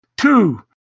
two